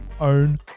own